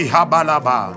Habalaba